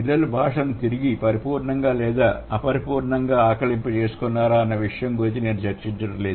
పిల్లలు భాషను తిరిగి పరిపూర్ణంగా లేదా అపరిపూర్ణంగా ఆకలింపు చేసుకున్నారా అన్న విషయం గురించి నేను చర్చించడం లేదు